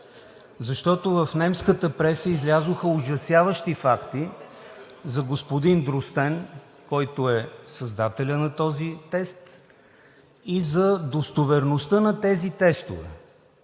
защото в немската преса излязоха ужасяващи факти за господин Дростен, който е създателят на този тест, и за достоверността на тези тестове.